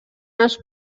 els